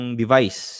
device